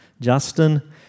Justin